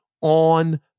on